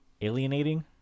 alienating